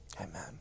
Amen